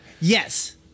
yes